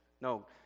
No